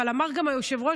אבל אמר גם היושב-ראש,